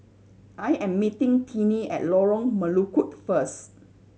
I am meeting Tennie at Lorong Melukut first